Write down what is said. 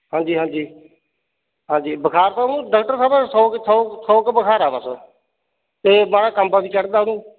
ਹਾਂਜੀ ਹਾਂਜੀ ਹਾਂਜੀ ਬੁਖਾਰ ਤਾਂ ਉਹਨੂੰ ਡਾਕਟਰ ਸਾਹਿਬ ਸੌ ਕੁ ਬੁਖਾਰ ਆ ਬਸ ਅਤੇ ਬੜਾ ਕਾਂਬਾ ਵੀ ਚੜ੍ਹਦਾ ਉਹਨੂੰ